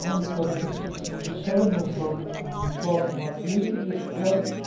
بانڈی پورہ ڈِسٹِرٛکَس منٛز چھِ ساروِیو مَنٛز بٔڑ عام پرٛابلِم اَکھ ییٚتہِ یُس فارٮ۪سٹ